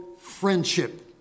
friendship